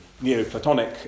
Neoplatonic